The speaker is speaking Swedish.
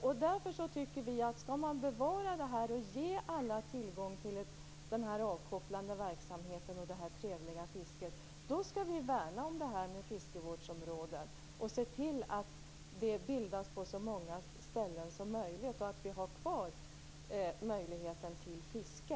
Om man skall bevara detta och ge alla tillgång till den här avkopplande verksamheten och det trevliga fisket, tycker vi att vi skall värna om detta med fiskevårdsområden och se till att det bildas på så många ställen som möjligt. Då kan vi har kvar möjligheten till fiske.